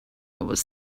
was